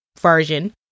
version